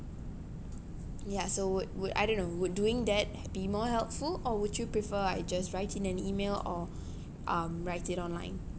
ya so would would I don't know would doing that be more helpful or would you prefer I just write in an email or um write it online